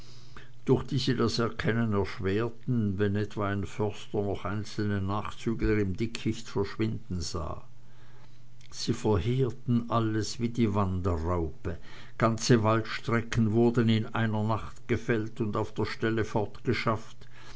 durch die sie das erkennen erschwerten wenn etwa ein förster noch einzelne nachzügler im dickicht verschwinden sah sie verheerten alles wie die wanderraupe ganze waldstrecken wurden in einer nacht gefällt und auf der stelle fortgeschafft